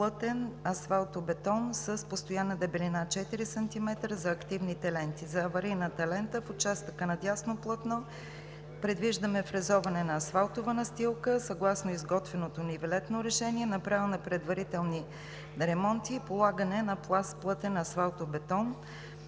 пътен асфалтов бетон с постоянна дебелина – 4 см за активните ленти. За аварийната лента в участъка на дясно платно предвиждаме фрезоване на асфалтова настилка, съгласно изготвеното нивелетно решение; направяне на предварителни ремонти и полагане на пласт плътен асфалтов бетон